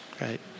right